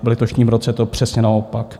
V letošním roce je to přesně naopak.